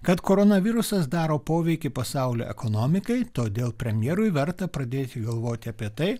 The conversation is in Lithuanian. kad koronavirusas daro poveikį pasaulio ekonomikai todėl premjerui verta pradėti galvoti apie tai